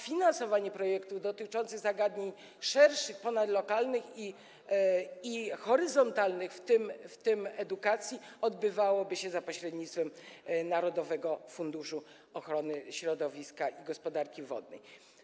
Finansowanie projektów dotyczących zagadnień szerszych, ponadlokalnych i horyzontalnych, w tym edukacji, odbywałoby się za pośrednictwem Narodowego Funduszu Ochrony Środowiska i Gospodarki Wodnej.